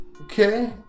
Okay